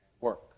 work